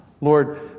Lord